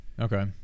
Okay